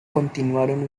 continuaron